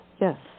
yes